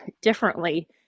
differently